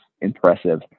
impressive